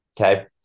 okay